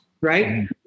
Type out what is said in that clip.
Right